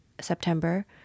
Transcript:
September